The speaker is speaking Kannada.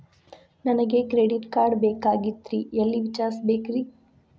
ನನಗೆ ಕ್ರೆಡಿಟ್ ಕಾರ್ಡ್ ಬೇಕಾಗಿತ್ರಿ ಎಲ್ಲಿ ವಿಚಾರಿಸಬೇಕ್ರಿ?